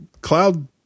cloud